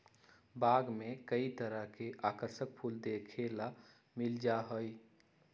बाग में कई तरह के आकर्षक फूल देखे ला मिल जा हई